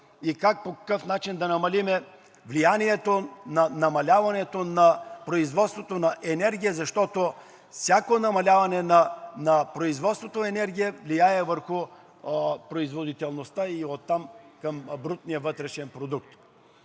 нататък? По какъв начин да намалим влиянието на намаляването на производството на енергия? Защото всяко намаляване на производството на енергия влияе върху производителността и оттам към брутния вътрешен продукт.